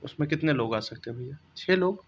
उस में कितने लोग आ सकते हैं भैया छः लोग